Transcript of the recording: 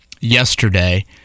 yesterday